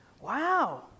wow